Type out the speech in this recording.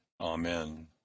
Amen